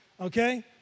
okay